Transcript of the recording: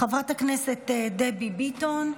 חברת הכנסת דבי ביטון,